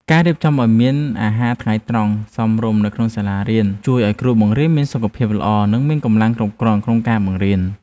ការរៀបចំឱ្យមានអាហារថ្ងៃត្រង់សមរម្យនៅក្នុងសាលារៀនជួយឱ្យគ្រូបង្រៀនមានសុខភាពល្អនិងមានកម្លាំងគ្រប់គ្រាន់ក្នុងការបង្រៀន។